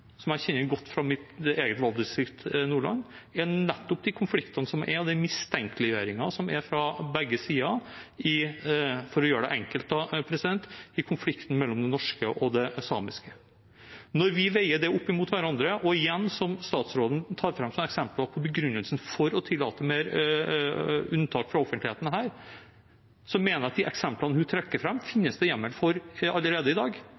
som jeg kjenner godt fra mitt eget valgdistrikt, Nordland – er nettopp de konfliktene som er, og den mistenkeliggjøringen som er fra begge sider, for å gjøre det enkelt, i konflikten mellom det norske og det samiske. Når vi veier det opp mot hverandre, mener jeg at de eksemplene statsråden trekker fram som begrunnelsen for å tillate mer unntak fra offentligheten, finnes det hjemmel for allerede i dag. Det er en hjemmel i